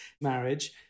marriage